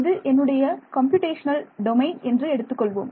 இது என்னுடைய computational domain என்று எடுத்துக்கொள்வோம்